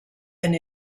and